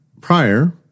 prior